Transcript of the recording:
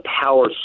power